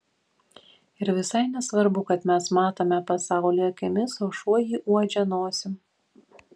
ir visai nesvarbu kad mes matome pasaulį akimis o šuo jį uodžia nosim